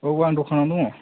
औ आं दखानावनो दङ